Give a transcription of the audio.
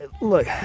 look